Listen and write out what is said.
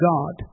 God